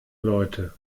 leute